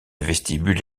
vestibule